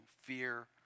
fear